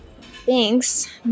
Thanks